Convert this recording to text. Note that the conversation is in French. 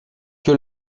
que